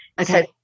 okay